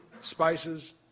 spices